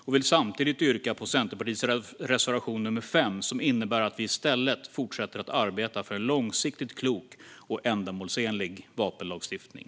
Jag vill samtidigt yrka bifall till Centerpartiets reservation nr 5, som innebär att vi i stället ska fortsätta att arbeta för en långsiktigt klok och ändamålsenlig vapenlagstiftning.